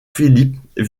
phillips